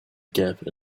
gap